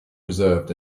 preserved